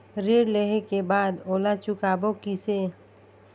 ऋण लेहें के बाद ओला चुकाबो किसे?